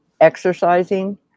exercising